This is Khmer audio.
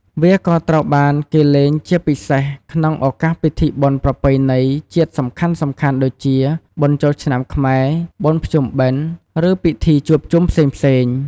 វាក៏ត្រូវបានលេងជាពិសេសក្នុងឱកាសពិធីបុណ្យប្រពៃណីជាតិសំខាន់ៗ ដូចជា បុណ្យចូលឆ្នាំខ្មែរ បុណ្យភ្ជុំបិណ្ឌ ឬពិធីជួបជុំផ្សេងៗ។